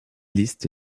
liste